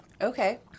Okay